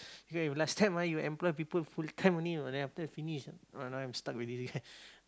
if last time ah you employ people full time only you know then after finish ah now I'm stuck with